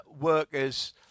workers